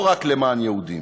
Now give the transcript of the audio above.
לא רק למען יהודים.